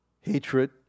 Hatred